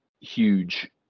huge